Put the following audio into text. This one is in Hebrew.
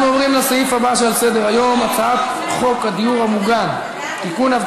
אנחנו עוברים לסעיף הבא שעל סדר-היום: הצעת חוק הדיור המוגן (תיקון,